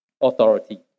authority